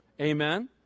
Amen